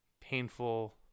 painful